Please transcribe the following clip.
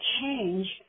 change